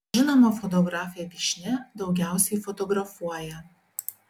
žinoma fotografė vyšnia daugiausiai fotografuoja